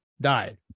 died